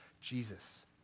Jesus